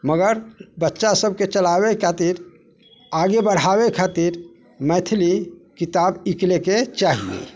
मगर बच्चा सभके चलाबैके खातिर आगे बढ़ाबै खातिर मैथिली किताब एक लेखे चाही